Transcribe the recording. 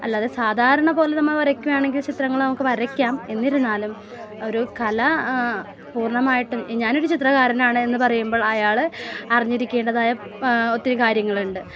അല്ലാതെ സാധാരണ പോലെ നമ്മൾ വരക്കുവാണെങ്കിൽ ചിത്രങ്ങൾ നമുക്ക് വരക്കാം എന്നിരുന്നാലും ഒരു കല പൂർണ്ണമായിട്ടും ഞാൻ ഒരു ചിത്രകാരനാണ് എന്ന് പറയുമ്പോൾ അയാൾ അറിഞ്ഞിരിക്കേണ്ടതായ ഒത്തിരി കാര്യങ്ങളുണ്ട്